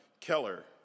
Keller